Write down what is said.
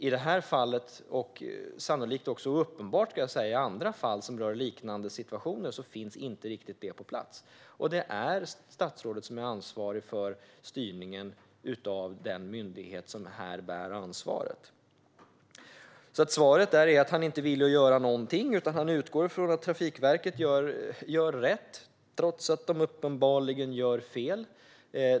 I det här fallet, och uppenbarligen i andra fall som rör liknande situationer, finns detta dock inte riktigt på plats, och det är statsrådet som är ansvarig för styrningen av den myndighet som här bär ansvaret. Svaret är att statsrådet inte är villig att göra någonting, utan han utgår från att Trafikverket gör rätt, trots att man uppenbarligen gör fel.